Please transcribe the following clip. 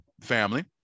family